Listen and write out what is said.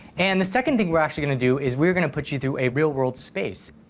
and the second thing we're actually gonna do is we're gonna put you through a real world space.